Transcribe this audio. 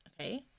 Okay